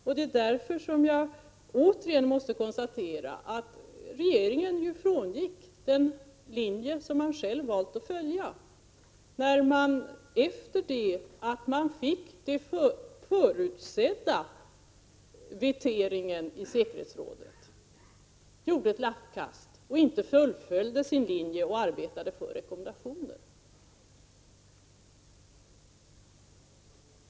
Jag måste därför återigen konstatera att regeringen frångick den linje som den själv hade valt att följa. Efter det förutsedda vetot i säkerhetsrådet gjorde regeringen alltså ett lappkast och fullföljde inte sin linje att arbeta för rekommendationer.